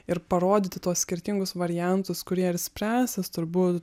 ir parodyti tuos skirtingus variantus kurie ir spręsis turbūt